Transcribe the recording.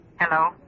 Hello